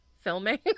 filming